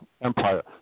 empire